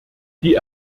die